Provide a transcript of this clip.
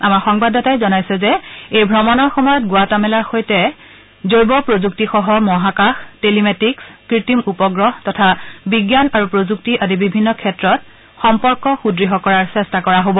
আমাৰ সংবাদদাতাই জনাইছে যে এই ভ্ৰমণৰ সময়ত গুৱেটামালাৰ সৈতে জৈৱ প্ৰযুক্তিসহ মহাকাশ টেলিমেটিন্স কৃত্ৰিম উপগ্ৰহ তথা বিজ্ঞান আৰু প্ৰযুক্তি আদি বিভিন্ন ক্ষেত্ৰত সম্পৰ্ক সুদৃঢ় কৰাৰ চেষ্টা কৰা হব